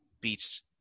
beats